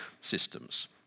systems